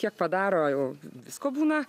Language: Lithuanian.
kiek padaro jau visko būna